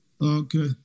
Okay